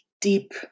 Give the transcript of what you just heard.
deep